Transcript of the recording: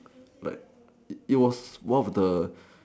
but it was one of the